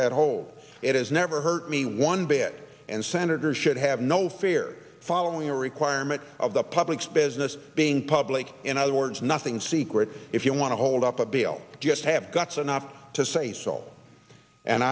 that holds it has never hurt me one bit and senator should have no fear following a requirement of the public's business being public in other words nothing secret if you want to hold up a bill just have gotten up to say sol and